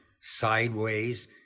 sideways